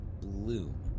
blue